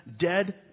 dead